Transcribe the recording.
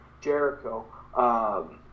Jericho